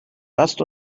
lasst